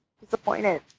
disappointed